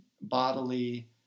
bodily